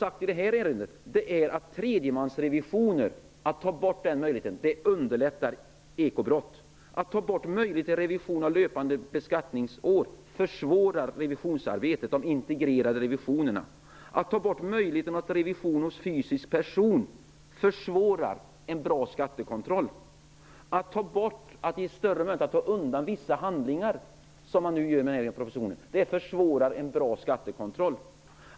Att ta bort möjligheten till tredjemansrevisioner underlättar ekobrott. Att ta bort möjligheten till revision av löpande beskattningsår försvårar de integrerade revisionerna. Att ta bort möjligheten till revision hos fysisk person försvårar en bra skattekontroll. Att få större möjlighet att undanhålla vissa handlingar, som nu förelås i propositionen, försvårar en bra skattekontroll.